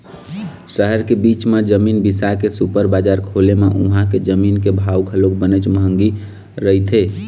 सहर के बीच म जमीन बिसा के सुपर बजार खोले म उहां के जमीन के भाव घलोक बनेच महंगी रहिथे